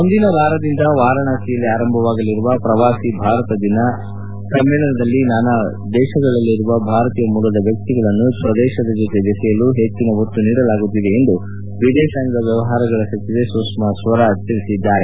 ಮುಂದಿನ ವಾರದಿಂದ ವಾರಾಣಸಿಯಲ್ಲಿ ಆರಂಭವಾಗಲಿರುವ ಪ್ರವಾಸಿ ಭಾರತ ದಿನ ಸಮ್ಮೇಳನದಲ್ಲಿ ನಾನಾ ದೇಶಗಳಲ್ಲಿರುವ ಭಾರತೀಯ ಮೂಲದ ವ್ಯಕ್ತಿಗಳನ್ನು ಸ್ವದೇಶದ ಜೊತೆ ಬೆಸೆಯಲು ಹೆಚ್ಚಿನ ಒತ್ತು ನೀಡಲಾಗುತ್ತಿದೆ ಎಂದು ವಿದೇಶಾಂಗ ವ್ಯವಹಾರಗಳ ಸಚಿವೆ ಸುಷ್ಮಾ ಸ್ವರಾಜ್ ಹೇಳಿದ್ದಾರೆ